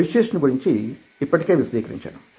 persuasion గురించి ఇప్పటికే విశదీకరించాను